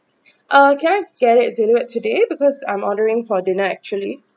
uh can I get it delivered today because I'm ordering for dinner actually